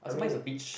I mean